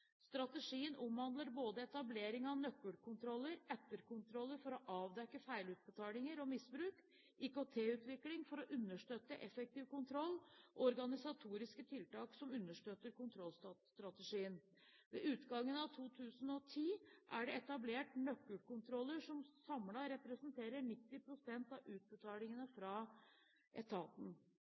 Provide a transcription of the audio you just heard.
Strategien omhandler både etablering av nøkkelkontroller, etterkontroller for å avdekke feilutbetalinger og misbruk, IKT-utvikling for å understøtte effektiv kontroll og organisatoriske tiltak som understøtter kontrollstrategien. Ved utgangen av 2010 er det etablert nøkkelkontroller som samlet representerer 90 pst. av utbetalingene fra etaten.